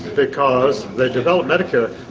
because they developed medicare